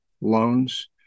loans